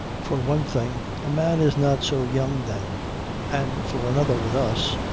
for one thing a man is not so young then and for another with us,